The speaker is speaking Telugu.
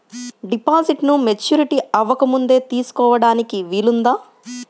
డిపాజిట్ను మెచ్యూరిటీ అవ్వకముందే తీసుకోటానికి వీలుందా?